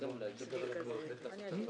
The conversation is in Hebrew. דיבר איתי חבר הכנסת בן